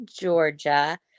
Georgia